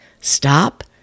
stop